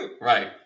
Right